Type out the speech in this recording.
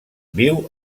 viu